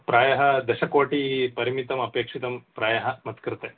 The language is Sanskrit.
प्रायः दशकोटिः परिमितमपेक्षितं प्रायः मत्कृते